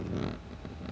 um